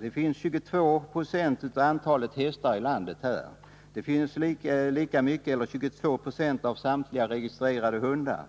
Där finns 22 9o av antalet hästar i landet, 22 96 av samtliga registrerade hundar,